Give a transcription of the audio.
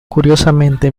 curiosamente